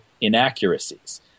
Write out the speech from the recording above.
inaccuracies